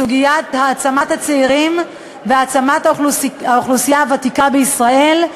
בסוגיית העצמת הצעירים והעצמת האוכלוסייה הוותיקה בישראל,